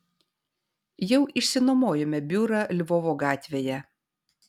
jau išsinuomojome biurą lvovo gatvėje